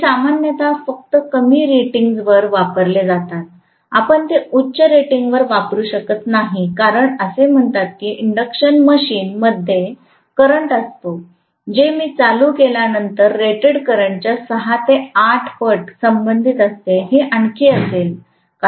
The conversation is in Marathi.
हे सामान्यत फक्त कमी रेटिंग्जवरच वापरले जातात आपण ते उच्च रेटिंगवर वापरू शकत नाही कारण असे म्हणतात की इंडक्शन मशीन मध्ये करंट असतो जे मी चालू केल्यावर रेटेड करंटच्या 6 ते 8 पट संबंधित असते हे आणखी असेल